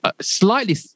slightly